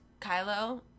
Kylo